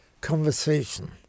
conversation